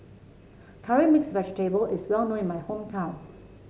Curry Mixed Vegetable is well known in my hometown